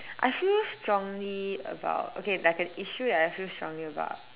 I feel strongly about okay like an issue that I feel strongly about